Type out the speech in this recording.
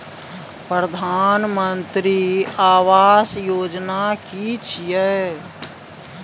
प्रधानमंत्री आवास योजना कि छिए?